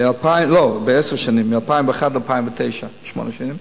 לא, בעשר שנים, מ-2001 עד 2009, בשמונה שנים,